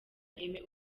aime